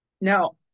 Now